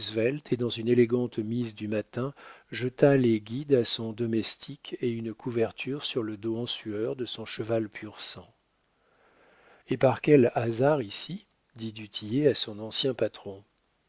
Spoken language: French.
et dans une élégante mise du matin jeta les guides à son domestique et une couverture sur le dos en sueur de son cheval pur sang et par quel hasard ici dit du tillet à son ancien patron